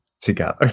together